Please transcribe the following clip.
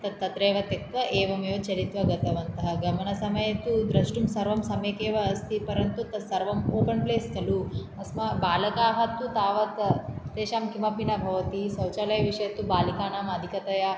तद् तत्रैव त्यक्त्वा एवमेव चलित्वा गतवन्तः गमणसमये तु द्रष्टुं सर्वं सम्यकेव अस्ति परन्तु तत् सर्वम् ओपण् प्लेस् खलु अस्मा बालकाः तु तावत् तेषां किमपि न भवति शौचालयविषय तु बालिकाणाम् अधिकतया